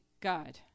god